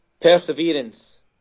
perseverance